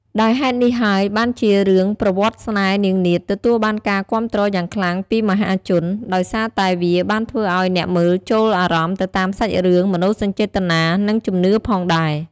ដោយហេតុនេះហើយបានជារឿងប្រវត្តិស្នេហ៍នាងនាថទទួលបានការគាំទ្រយ៉ាងខ្លាំងពីមហាជន ដោយសារតែវាបានធ្វើអោយអ្នកមើលចូលអារម្មណ៍ទៅតាមសាច់រឿង មនោសញ្ចេតនា និងជំនឿផងដែរ ។